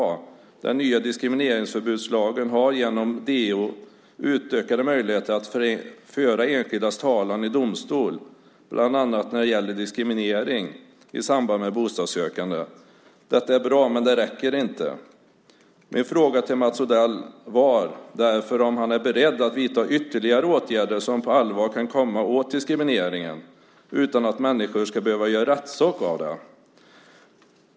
DO har genom den nya diskrimineringsförbudslagen utökade möjligheter att föra enskildas talan i domstol, bland annat när det gäller diskriminering i samband med bostadssökande. Detta är bra, men det räcker inte. Min fråga till Mats Odell är därför om han är beredd att vidta ytterligare åtgärder som på allvar kan komma åt diskrimineringen utan att människor ska behöva göra rättssak av det.